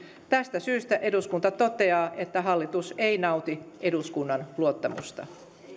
tästä syystä eduskunta toteaa että hallitus ei nauti eduskunnan luottamusta